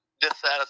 dissatisfied